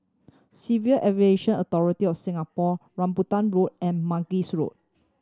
Civil Aviation Authority of Singapore Rambutan Road and Mangis Road